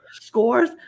scores